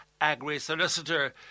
Agri-Solicitor